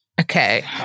Okay